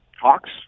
talks